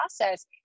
process